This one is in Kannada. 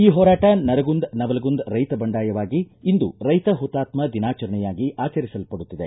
ಈ ಹೋರಾಟ ನರಗುಂದ ನವಲಗುಂದ ರೈತ ಬಂಡಾಯವಾಗಿ ಇಂದು ರೈತ ಹುತಾತ್ಮ ದಿನಾಚರಣೆಯಾಗಿ ಆಚರಿಸಲ್ಪಡುತ್ತಿದೆ